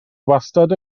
wastad